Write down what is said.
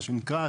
מה שנקרא,